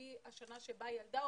על-פי השנה שבה ילדה,